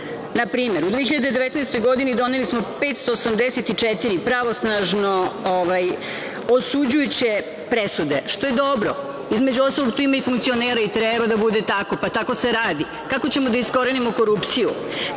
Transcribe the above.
Na primer, u 2019. godini doneli smo 584 pravosnažno osuđujuće presude, što je dobro, između ostalog, tu ima funkcionera, i treba da bude tako, pa tako se radi. Kako ćemo da iskorenimo korupciju? Kaže,